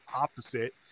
opposite